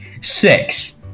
Six